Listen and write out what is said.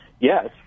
Yes